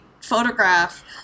photograph